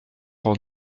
hors